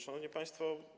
Szanowni Państwo!